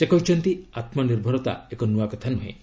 ସେ କହିଛନ୍ତି ଆତ୍କନିର୍ଭରତା ଏକ ନୂଆ କଥା ନୁହେଁ